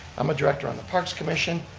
i'm a director on the parks commission,